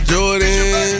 Jordan